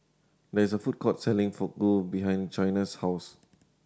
there is a food court selling Fugu behind Chyna's house